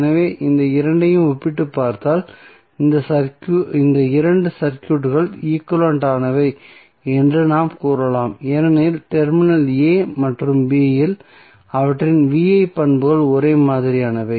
எனவே இந்த இரண்டையும் ஒப்பிட்டுப் பார்த்தால் இந்த இரண்டு சர்க்யூட்கள் ஈக்வலன்ட் ஆனவை என்று நாம் கூறலாம் ஏனெனில் டெர்மினல் a மற்றும் b இல் அவற்றின் V I பண்புகள் ஒரே மாதிரியானவை